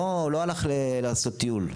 לא הלך לעשות טיול.